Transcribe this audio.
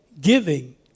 giving